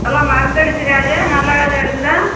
எல்லாம் மருந்தடித்த காயா நல்ல காயா இருக்குதா